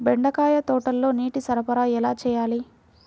బెండకాయ తోటలో నీటి సరఫరా ఎలా చేయాలి?